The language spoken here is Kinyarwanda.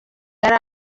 yari